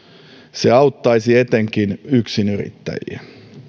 se auttaisi etenkin yksinyrittäjiä